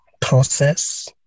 process